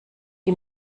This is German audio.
die